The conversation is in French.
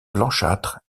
blanchâtre